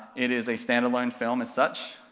it is a standalone film as such,